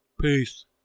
Peace